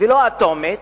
ולא אטומית,